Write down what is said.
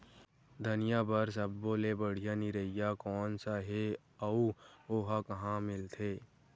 धनिया बर सब्बो ले बढ़िया निरैया कोन सा हे आऊ ओहा कहां मिलथे?